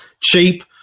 cheap